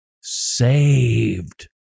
saved